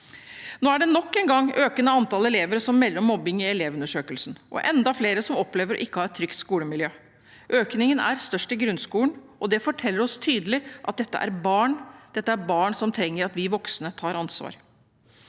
Nå er det nok en gang et økende antall elever som melder om mobbing i Elevundersøkelsen, og enda flere som opplever ikke å ha et trygt skolemiljø. Økningen er størst i grunnskolen, og det forteller oss tydelig at dette er barn som trenger at vi voksne tar ansvar.